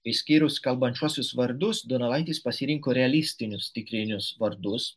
išskyrus kalbančiuosius vardus donelaitis pasirinko realistinius tikrinius vardus